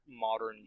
modern